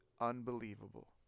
unbelievable